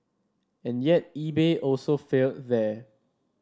and yet eBay also failed there